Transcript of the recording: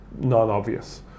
non-obvious